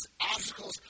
obstacles